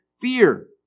fear